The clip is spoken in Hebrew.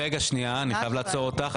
רגע שנייה אני חייב לעצור אותך,